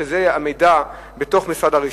שזה המידע בתוך משרד התחבורה.